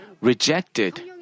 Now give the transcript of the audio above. rejected